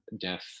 death